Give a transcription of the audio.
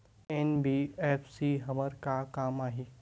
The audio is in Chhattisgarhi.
एन.बी.एफ.सी हमर का काम आही?